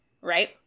right